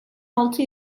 altı